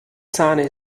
sahne